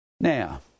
Now